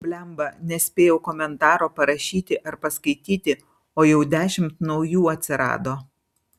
blemba nespėjau komentaro parašyti ar paskaityti o jau dešimt naujų atsirado